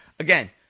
Again